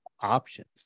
options